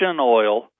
oil